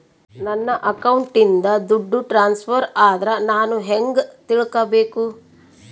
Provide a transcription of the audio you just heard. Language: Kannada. ನನ್ನ ಅಕೌಂಟಿಂದ ದುಡ್ಡು ಟ್ರಾನ್ಸ್ಫರ್ ಆದ್ರ ನಾನು ಹೆಂಗ ತಿಳಕಬೇಕು?